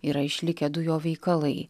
yra išlikę du jo veikalai